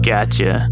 Gotcha